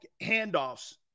handoffs